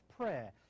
prayer